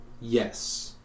Yes